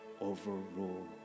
overrule